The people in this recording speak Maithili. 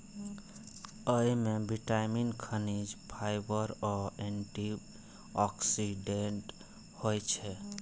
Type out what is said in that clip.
अय मे विटामिन, खनिज, फाइबर आ एंटी ऑक्सीडेंट होइ छै